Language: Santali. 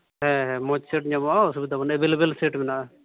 ᱦᱮᱸ ᱦᱮᱸ ᱢᱚᱡᱲ ᱥᱮᱴ ᱧᱟᱢᱚᱜᱼᱟ ᱚᱥᱩᱵᱤᱫᱟ ᱵᱟᱹᱱᱩᱜᱼᱟ ᱮᱵᱮᱞᱮᱵᱮᱞ ᱥᱮᱴ ᱢᱮᱱᱟᱜᱼᱟ